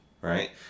right